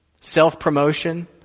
self-promotion